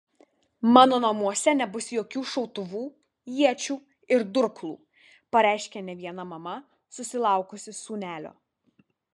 mano namuose nebus jokių šautuvų iečių ir durklų pareiškia ne viena mama susilaukusi sūnelio